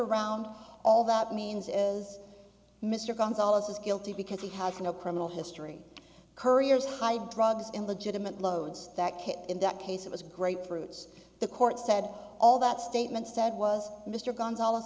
around all that means is mr gonzales is guilty because he has no criminal history couriers hide drugs in legitimate loads that kit in that case it was great fruits the court said all that statement said was mr gonzales